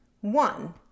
One